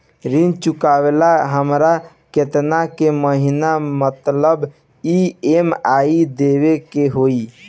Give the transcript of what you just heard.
ऋण चुकावेला हमरा केतना के महीना मतलब ई.एम.आई देवे के होई?